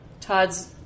Todd's